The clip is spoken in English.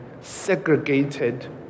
segregated